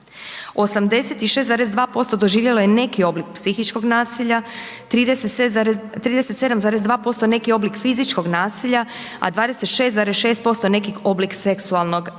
86,2% doživjelo je neki oblik psihičkog nasilja, 37,2% neki oblik fizičkog nasilja a 26,6% neki oblik seksualnog nasilja.